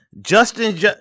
Justin